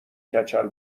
کچل